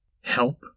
Help